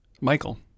Michael